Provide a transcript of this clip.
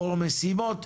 אור משימות,